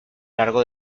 largo